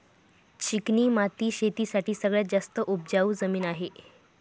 चिकणी माती शेती साठी सगळ्यात जास्त उपजाऊ जमीन आहे